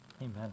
Amen